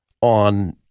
on